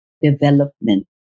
development